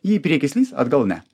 jį į priekį slys atgal ne